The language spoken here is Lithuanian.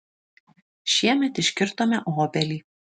šiemet iškirtome obelį